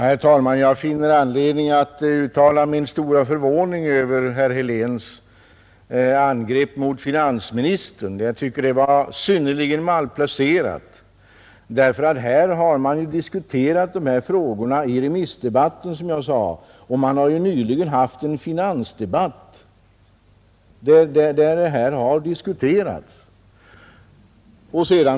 Herr talman! Jag finner anledning att uttala min stora förvåning över herr Heléns angrepp på finansministern. Jag tycker det var synnerligen malplacerat, därför att dessa frågor har ju diskuterats i remissdebatten, och vi har nyligen haft en finansdebatt där de också har diskuterats.